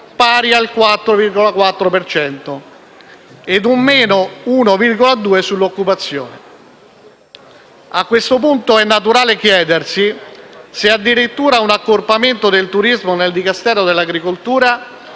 pari al 4,4 per cento e un -1,2 per cento sull'occupazione. A questo punto è naturale chiedersi se, addirittura, un accorpamento del turismo nel Dicastero dell'agricoltura